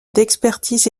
d’expertise